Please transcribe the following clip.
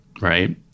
right